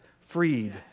Freed